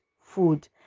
food